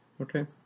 Okay